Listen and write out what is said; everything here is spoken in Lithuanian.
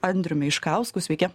andriumi iškausku sveiki